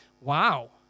wow